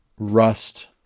Rust